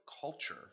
culture